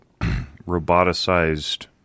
roboticized